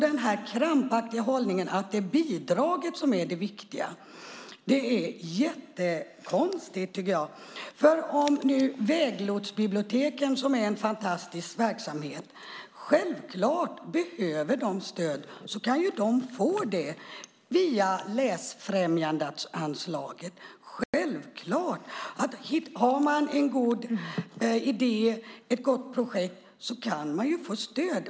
Den krampaktiga hållningen att det är bidragen som är det viktiga är mycket konstigt. Om vägkrogsbiblioteken, som är en fantastisk verksamhet, behöver stöd kan de få det via läsfrämjandeanslaget. Har man en god idé eller ett gott projekt kan man få stöd.